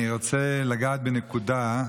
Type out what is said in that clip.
אני ארצה לגעת בנקודה.